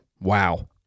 Wow